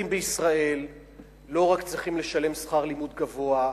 בישראל לא רק צריכים לשלם שכר לימוד גבוה,